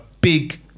big